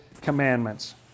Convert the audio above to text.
commandments